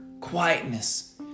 quietness